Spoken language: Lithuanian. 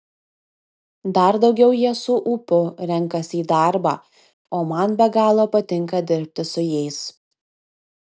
dar daugiau jie su ūpu renkasi į darbą o man be galo patinka dirbti su jais